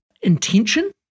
intention